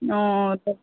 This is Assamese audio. অঁ